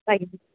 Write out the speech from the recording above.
ଆଜ୍ଞା